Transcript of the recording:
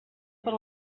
per